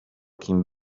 kim